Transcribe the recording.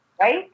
right